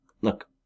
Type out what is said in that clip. Look